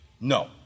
No